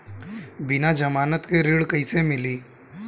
बिना जमानत के ऋण कैसे मिली?